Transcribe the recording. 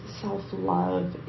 self-love